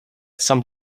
some